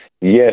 Yes